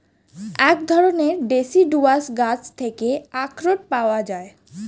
এক ধরণের ডেসিডুয়াস গাছ থেকে আখরোট পাওয়া যায়